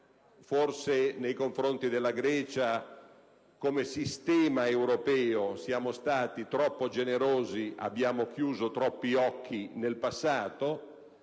forse nei confronti della Grecia come sistema europeo siamo stati troppo generosi, abbiamo chiuso troppi occhi nel passato